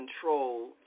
control